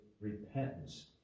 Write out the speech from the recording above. repentance